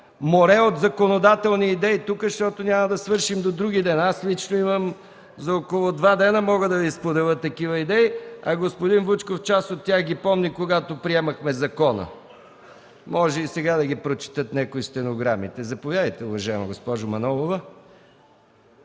море от законодателни идеи тук, защото няма да свършим до други ден. Аз лично мога за около два дни да Ви споделя такива идеи, а господин Вучков част от тях ги помни, когато приемахме закона – може и сега някои да ги прочетат в стенограмите. Заповядайте, уважаема госпожо Манолова.